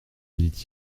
dit